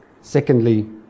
Secondly